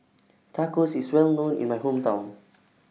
Tacos IS Well known in My Hometown